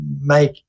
make